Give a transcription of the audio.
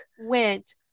went